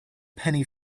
penny